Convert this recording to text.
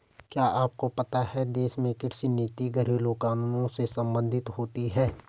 क्या आपको पता है देश में कृषि नीति घरेलु कानूनों से सम्बंधित होती है?